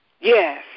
Yes